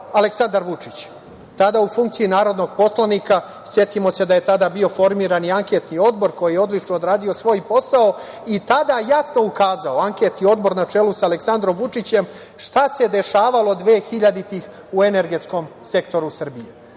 Aleksandar Vučić, tada u funkciji narodnog poslanika. Setimo se da je tada bio formiran i Anketni odbor, koji je odlično odradio svoj posao i tada jasno ukazao, Anketni odbor na čelu sa Aleksandrom Vučićem, šta se dešavalo dvehiljaditih u energetskom sektoru Srbije.